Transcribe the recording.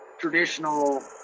traditional